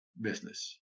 business